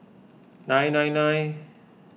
nine nine nine